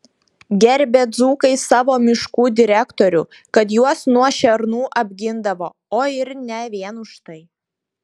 gerbė dzūkai savo miškų direktorių kad juos nuo šernų apgindavo o ir ne vien už tai